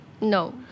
No